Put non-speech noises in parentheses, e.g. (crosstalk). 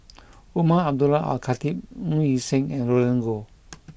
(noise) Umar Abdullah Al Khatib Ng Yi Sheng and Roland Goh